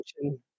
attention